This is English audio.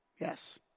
Yes